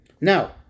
Now